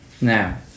Now